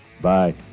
Bye